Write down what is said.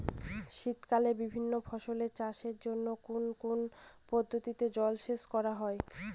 শীতকালে বিভিন্ন ফসলের চাষের জন্য কোন কোন পদ্ধতিতে জলসেচ করা হয়?